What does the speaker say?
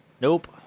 Nope